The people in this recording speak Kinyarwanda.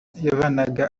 yavanaga